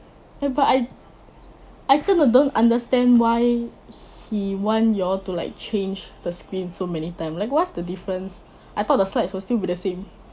eh but I I 真的 don't understand why he want you all to like change the screen so many time like what's the difference I thought the slides will still be the same